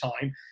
time